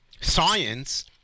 science